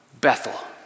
Bethel